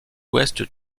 ouest